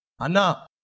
Anna